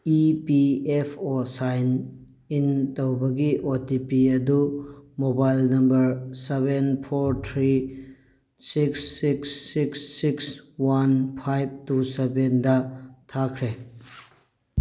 E P F O sign in ꯇꯧꯕꯒꯤ O T P ꯑꯗꯨ mobile number seven four three six six six six one five two ꯁꯕꯦꯟꯗ ꯊꯥꯈ꯭ꯔꯦ